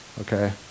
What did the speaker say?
Okay